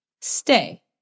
Stay